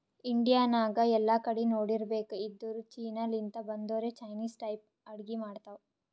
India ನಾಗ್ ಎಲ್ಲಾ ಕಡಿ ನೋಡಿರ್ಬೇಕ್ ಇದ್ದೂರ್ ಚೀನಾ ಲಿಂತ್ ಬಂದೊರೆ ಚೈನಿಸ್ ಟೈಪ್ ಅಡ್ಗಿ ಮಾಡ್ತಾವ್